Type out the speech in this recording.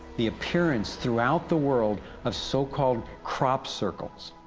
the appearance throughout the world of so-called crop circles.